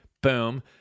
Boom